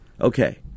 Okay